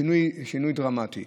שינוי דרמטי.